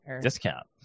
discount